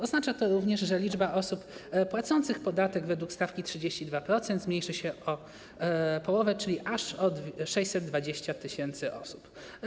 Oznacza to również, że liczba osób płacących podatek według stawki 32% zmniejszy się o połowę, czyli aż o 620 tys. osób.